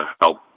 help